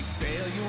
failure